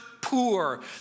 poor